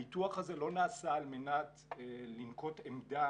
הניתוח הזה לא נעשה על מנת לנקוט עמדה